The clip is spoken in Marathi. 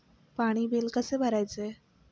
पाणी बिल कसे भरायचे?